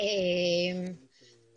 או המורים לעברית,